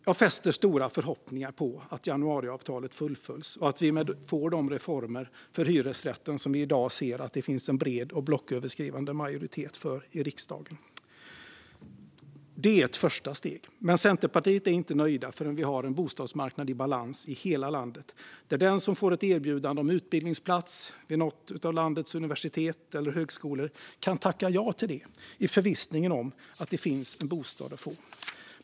Jag hyser stora förhoppningar om att januariavtalet fullföljs och att vi får de reformer för hyresrätten som vi i dag ser att det finns en bred och blocköverskridande majoritet för i riksdagen. Det är ett första steg, men Centerpartiet är inte nöjda förrän vi har en bostadsmarknad i balans i hela landet, där den som får ett erbjudande om en utbildningsplats vid ett universitet eller en högskola i landet kan tacka ja till den i förvissningen om att det finns en bostad att få.